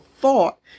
thought